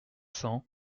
cents